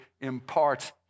imparts